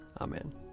Amen